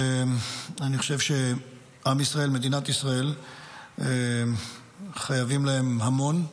אני חושב שעם ישראל ומדינת ישראל חייבים להם המון,